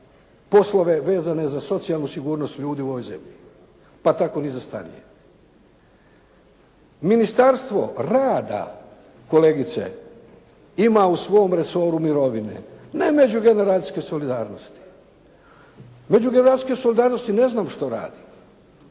poslove vezane za socijalnu sigurnost ljudi u ovoj zemlji, pa tako ni za starije. Ministarstvo rada kolegice ima u svom resoru mirovine ne međugeneracijske solidarnosti. Međugeneracijske solidarnosti ne znam što radi.